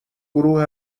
گروه